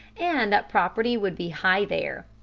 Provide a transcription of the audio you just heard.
and that property would be high there.